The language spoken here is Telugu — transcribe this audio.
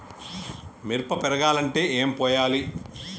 మిరప పెరగాలంటే ఏం పోయాలి?